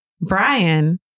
Brian